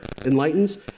enlightens